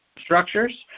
structures